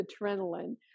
adrenaline